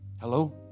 Hello